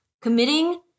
committing